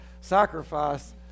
sacrifice